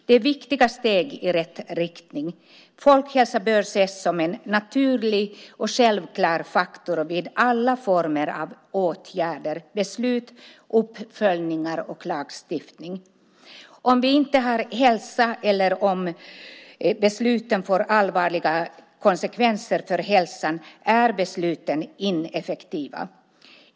Det är viktiga steg i rätt riktning. Folkhälsa bör ses som en naturlig och självklar faktor vid alla former av åtgärder, beslut, uppföljningar och lagstiftning. Om vi inte har hälsa eller om besluten får allvarliga konsekvenser för hälsan är besluten ineffektiva.